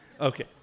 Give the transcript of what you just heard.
Okay